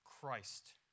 Christ